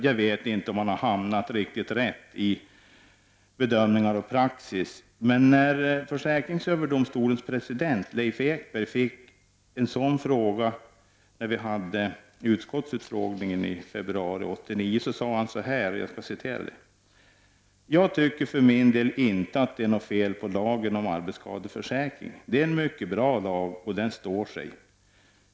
Jag vet inte om man har hamnat riktigt rätt i bedömningar och praxis, men när försäkringsöverdomstolens president Leif Ekberg fick en fråga om detta vid utskottsutfrågningen i februari 1989, sade han så här: ”Jag tycker för min del inte att det är något fel på lagen om arbetsskadeförsäkring. Det är en mycket bra lag, och den står sig.